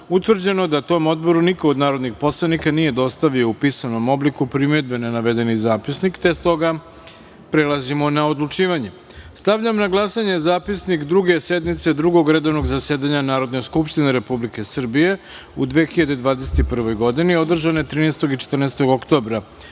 utvrđeno da tom Odboru niko od narodnih poslanika nije dostavio u pisanom obliku primedbe na navedeni zapisnik. Stoga, prelazimo na odlučivanje. Stavljam na glasanje Zapisnik Druge sednice Drugog redovnog zasedanja Narodne skupštine Republike Srbije u 2021. godini, održane 13. i 14. oktobra